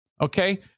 okay